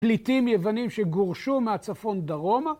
פליטים יוונים שגורשו מהצפון דרומה